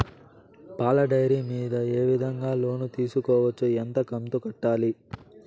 పాల డైరీ మీద ఏ విధంగా లోను తీసుకోవచ్చు? ఎంత కంతు కట్టాలి?